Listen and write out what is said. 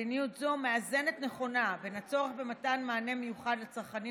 מדיניות זו מאזנת נכונה בין הצורך במתן מענה מיוחד לצרכנים